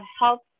help